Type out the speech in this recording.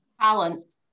talent